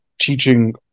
teaching